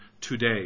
today